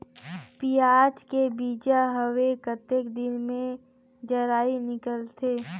पियाज के बीजा हवे कतेक दिन मे जराई निकलथे?